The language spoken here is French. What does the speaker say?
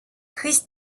chris